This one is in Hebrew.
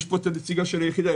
יש פה נציגת היחידה.